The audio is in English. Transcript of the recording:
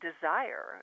desire